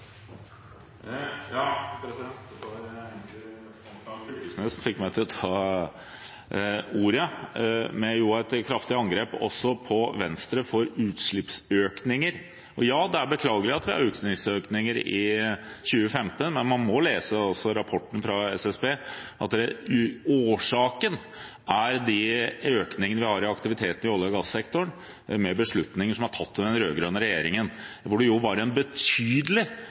Fylkesnes som fikk meg til å ta ordet, med sitt kraftige angrep også på Venstre for utslippsøkninger. Ja, det er beklagelig at det var utslippsøkninger i 2015, men man må lese rapporten fra SSB. Årsaken er økningen i aktiviteten i olje- og gassektoren, med beslutninger som er tatt under den rød-grønne-regjeringen – hvor det var en betydelig